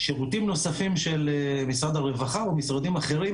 שירותים נוספים של משרד הרווחה ומשרדים אחרים